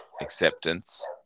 acceptance